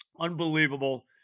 unbelievable